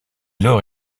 lors